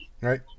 right